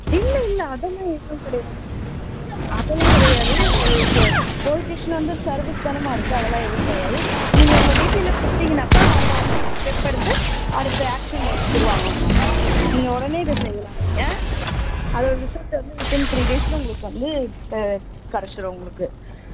இல்லை இல்லை அதெல்லாம் எதுவும் கிடையாது அதெல்லாம் கிடையாது போலீஸ் ஸ்டேஷனு வந்து சர்வீஸ்தானேமா இருக்குது அதெல்லாம் எதுவும் கிடையாது நீங்கள் உங்கள் டீட்டெய்லை கொடுத்தீங்கனாக்க அவங்க வந்து ஸ்டெப் எடுத்து அடுத்த ஆக்ஷன் எடுத்துடுவாங்க அவங்க நீங்கள் உடனே இதை செய்யலாம் நீங்கள் அதை விசாரிச்சு வந்து வித்இன் த்ரீ டேஸில் உங்களுக்கு வந்து கெடைச்சிடும் உங்களுக்கு